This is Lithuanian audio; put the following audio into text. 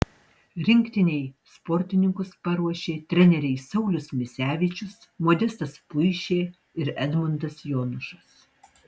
rinktinei sportininkus paruošė treneriai saulius misevičius modestas puišė ir edmundas jonušas